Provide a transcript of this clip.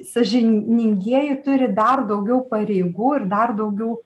sąžiningieji turi dar daugiau pareigų ir dar daugiau